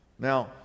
Now